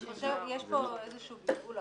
יש פה איזשהו בלבול,